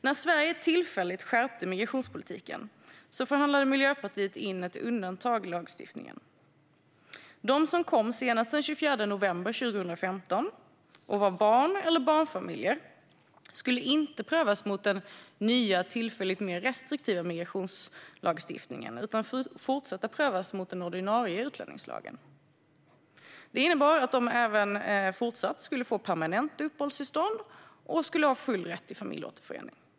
När Sverige tillfälligt skärpte migrationspolitiken förhandlade Miljöpartiet in ett undantag i lagstiftningen: De som kom senast den 24 november 2015 och var barn eller barnfamiljer skulle inte prövas mot den nya, tillfälligt mer restriktiva, migrationslagstiftningen utan fortsätta prövas mot den ordinarie utlänningslagen. Det innebar att de även fortsatt skulle få permanent uppehållstillstånd och ha full rätt till familjeåterförening.